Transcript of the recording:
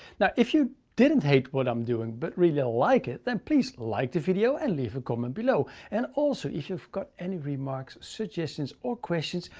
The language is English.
now, if you didn't take what i'm doing, but really like it, then please like the video and leave a comment below. and also if you've got any remarks, suggestions, or questions,